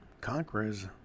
conquerors